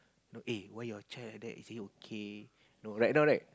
eh why your child like that is he okay right no right